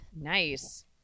Nice